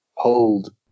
Hold